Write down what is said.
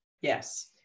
Yes